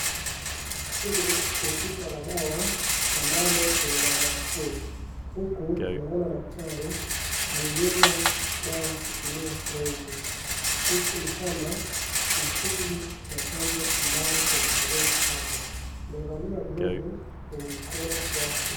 Hili ni chupa la dawa ambalo ni la vaccine . Huku tunamuona daktari ananyunyiza dawa kutumia sreji . Huku ni kama kuna shughuli ya chanjo ambayo inaendelea pale. Amevalia glovu kwenye mkono wake.